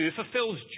fulfills